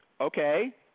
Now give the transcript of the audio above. okay